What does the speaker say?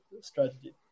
Strategy